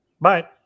Bye